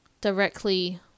directly